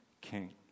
king